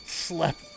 Slept